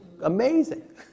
amazing